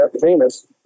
famous